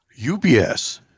UBS